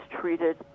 treated